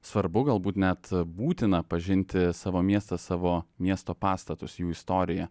svarbu galbūt net būtina pažinti savo miestą savo miesto pastatus jų istoriją